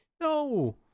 No